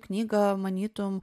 knygą manytum